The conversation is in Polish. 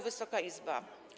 Wysoka Izbo!